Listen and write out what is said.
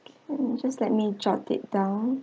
okay just let me jot it down